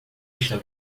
estão